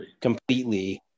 completely